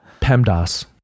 PEMDAS